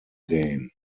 game